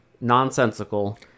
nonsensical